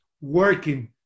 working